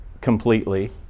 completely